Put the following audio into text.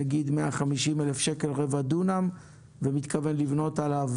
נגיד 150,000 שקל רבע דונם ומתכוון לבנות עליו